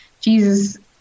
Jesus